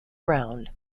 round